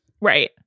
Right